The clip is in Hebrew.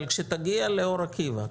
אבל כשתגיע לאור עקיבא,